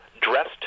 Dressed